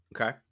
Okay